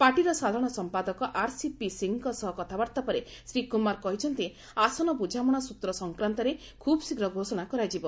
ପାର୍ଟିର ସାଧାରଣ ସମ୍ପାଦକ ଆର୍ସିପି ସିଂଙ୍କ ସହ କଥାବାର୍ତ୍ତାପରେ ଶ୍ରୀ କୁମାର କେହିଛନ୍ତି ଆସନ ବୁଝାମଣା ସ୍ଚତ୍ର ସଂକ୍ରାନ୍ତରେ ଖୁବ୍ ଶୀଘ୍ର ଘୋଷଣା କରାଯିବ